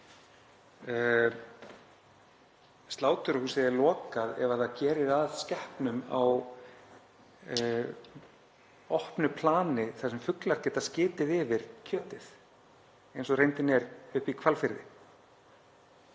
Sláturhúsinu er lokað ef þar er gert að skepnum á opnu plani þar sem fuglar geta skitið yfir kjötið, eins og reyndin er uppi í Hvalfirði.